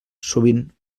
sovint